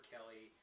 Kelly